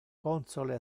console